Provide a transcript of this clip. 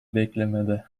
beklemede